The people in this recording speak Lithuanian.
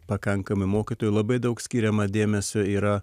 pakankamai mokytojų labai daug skiriama dėmesio yra